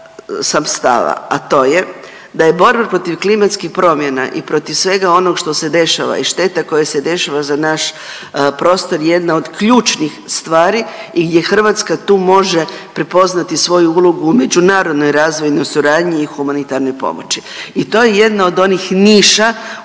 sam stava, a to je da je borba protiv klimatskih promjena i protiv svega onog što se dešava i šteta koja se dešava za naš prostor jedna od ključnih stvari i gdje Hrvatska tu može prepoznati svoju ulogu u međunarodnoj razvojnoj suradnji i humanitarnoj pomoći i to je jedna od onih niša